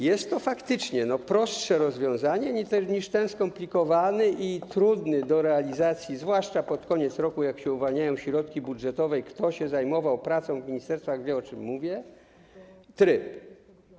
Jest to faktycznie prostsze rozwiązanie niż ten skomplikowany i trudny do realizacji, zwłaszcza pod koniec roku, jak się uwalniają środki budżetowe - kto się zajmował pracą w ministerstwach, wie, o czym mówię - tryb.